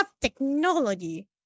technology